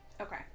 Okay